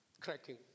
cracking